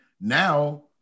Now